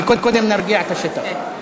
אבל קודם נרגיע את השטח.